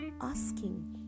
Asking